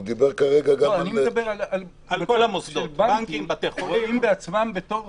הוא דיבר כרגע גם על --- בנקים רואים בעצמם בתור